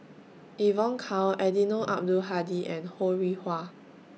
Evon Kow Eddino Abdul Hadi and Ho Rih Hwa